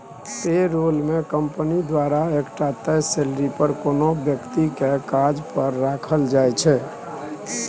पे role मे company द्वारा एकटा तय सेलरी पर कोनो बेकती केँ काज पर राखल जाइ छै